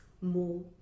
more